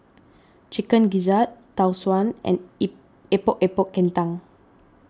Chicken Gizzard Tau Suan and Epok Epok Kentang